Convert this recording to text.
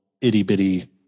itty-bitty